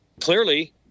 clearly –